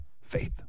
faith